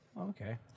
Okay